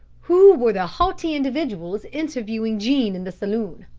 who were the haughty individuals interviewing jean in the saloon?